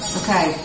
okay